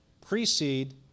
precede